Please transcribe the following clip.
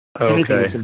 Okay